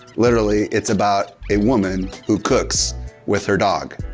literally it's about a woman who cooks with her dog.